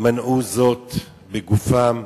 מנעו זאת בגופם,